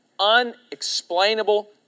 unexplainable